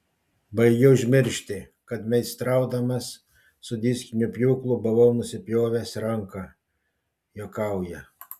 baigiu užmiršti kad meistraudamas su diskiniu pjūklu buvau nusipjovęs ranką juokauja